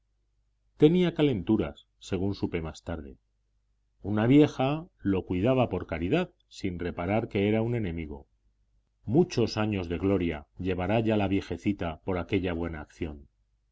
tenía calenturas según supe más tarde una vieja lo cuidaba por caridad sin reparar que era un enemigo muchos años de gloria llevará ya la viejecita por aquella buena acción